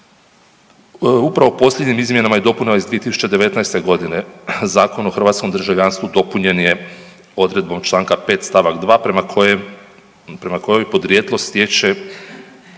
Upravo posljednjim izmjenama i dopunama iz 2019. g. Zakon o hrvatskom državljanstvu dopunjen je odredbom čl. 5 st. 2 prema kojoj podrijetlo stječe,